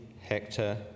Hector